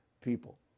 people